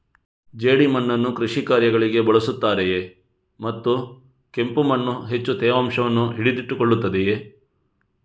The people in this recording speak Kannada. ಜೇಡಿಮಣ್ಣನ್ನು ಕೃಷಿ ಕಾರ್ಯಗಳಿಗೆ ಬಳಸುತ್ತಾರೆಯೇ ಮತ್ತು ಕೆಂಪು ಮಣ್ಣು ಹೆಚ್ಚು ತೇವಾಂಶವನ್ನು ಹಿಡಿದಿಟ್ಟುಕೊಳ್ಳುತ್ತದೆಯೇ?